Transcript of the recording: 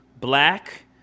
black